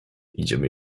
idziemy